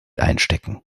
einstecken